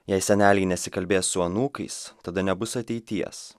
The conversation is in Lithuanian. jei seneliai nesikalbės su anūkais tada nebus ateities